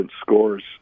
scores